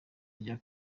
rya